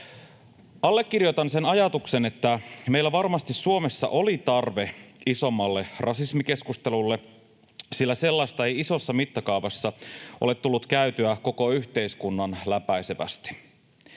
Allekirjoitan sen ajatuksen, että meillä varmasti Suomessa oli tarve isommalle rasismikeskustelulle, sillä sellaista ei isossa mittakaavassa ole tullut käytyä koko yhteiskunnan läpäisevästi.